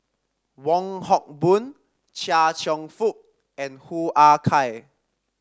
Wong Hock Boon Chia Cheong Fook and Hoo Ah Kay